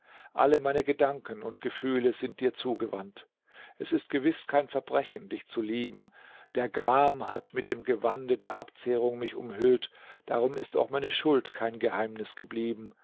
alle meine gedanken und gefühle sind dir zugewandt es ist gewiß kein verbrechen dich zu lieben der gram hat mit dem gewande der abzehrung mich umhüllt darum ist auch meine schuld kein geheimnis geblieben